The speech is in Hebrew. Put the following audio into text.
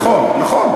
נכון, נכון.